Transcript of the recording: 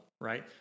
right